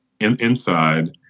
inside